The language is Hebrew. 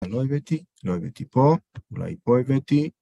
אני לא הבאתי, לא הבאתי פה, אולי פה הבאתי.